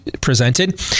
presented